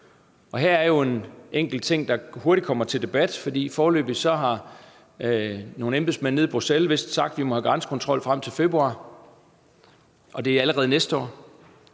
Her er jo en enkelt ting, der hurtigt kommer til debat, for foreløbig har nogle embedsmænd nede i Bruxelles vist sagt, at vi må have grænsekontrol indtil februar – og det er allerede næste år.